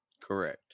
Correct